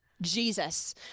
Jesus